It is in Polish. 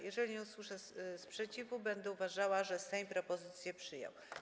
Jeżeli nie usłyszę sprzeciwu, będę uważała, że Sejm propozycję przyjął.